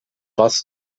was